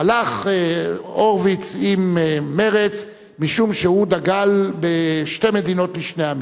הלך הורוביץ עם מרצ משום שהוא דגל בשתי מדינות לשני העמים,